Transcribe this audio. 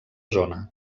zona